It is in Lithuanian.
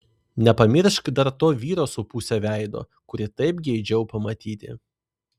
nepamiršk dar to vyro su puse veido kurį taip geidžiau pamatyti